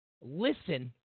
listen